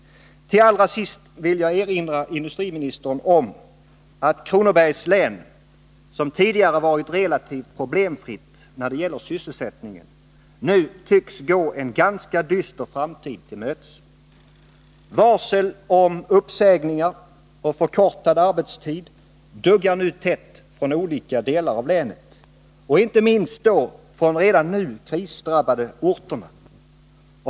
Allra sist vill jag erinra industriministern om att Kronobergs län, som tidigare varit relativt problemfritt när det gäller sysselsättningen, nu tycks gå en ganska dyster framtid till mötes. Varsel om uppsägningar och förkortad arbetstid duggar nu tätt från olika delar av länet — inte minst från de redan krisdrabbade orterna.